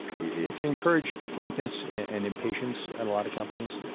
if you encourage frankness and impatience at a lot of companies, yeah